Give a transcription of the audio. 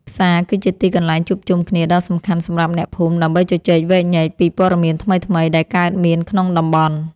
ផ្សារ គឺជាទីកន្លែងជួបជុំគ្នាដ៏សំខាន់សម្រាប់អ្នកភូមិដើម្បីជជែកវែកញែកពីព័ត៌មានថ្មីៗដែលកើតមានក្នុងតំបន់។